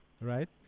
Right